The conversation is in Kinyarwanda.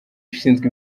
ushinzwe